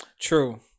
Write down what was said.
True